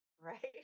right